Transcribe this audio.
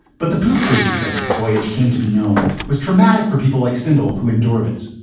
but the poop cruise as this voyage came to be known, was traumatic for people like sindel who endured it.